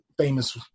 famous